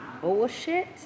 bullshit